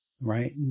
right